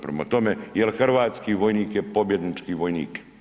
Prema tome jer hrvatski vojnik je pobjednički vojnik.